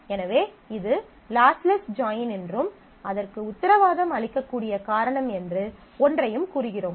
எனவே இது lossless join என்றும் அதற்கு உத்தரவாதம் அளிக்கக் கூடிய காரணம் என்று ஒன்றையும் கூறுகிறோம்